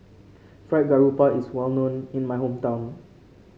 Fried Garoupa is well known in my hometown